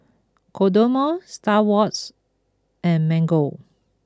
Kodomo Star Awards and Mango